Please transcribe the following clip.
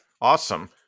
Awesome